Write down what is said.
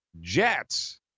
Jets